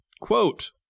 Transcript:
Quote